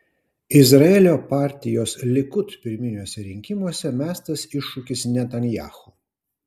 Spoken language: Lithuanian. izraelio partijos likud pirminiuose rinkimuose mestas iššūkis netanyahu